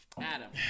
Adam